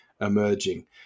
emerging